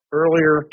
earlier